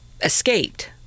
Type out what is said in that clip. escaped